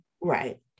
right